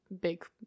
big